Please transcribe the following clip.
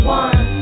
one